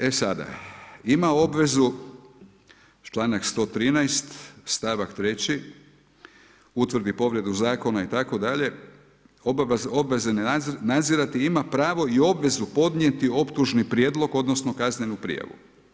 E sada, ima obvezu članak 113. stavak 3. utvrdi povredu zakona itd. obvezan je nadzirati, ima pravo i obvezu podnijeti optužni prijedlog, odnosno kaznenu prijavu.